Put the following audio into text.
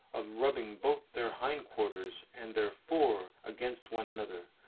of rubbing both their hindquarters and their fore against one another,